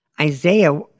Isaiah